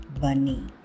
bunny